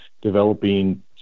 developing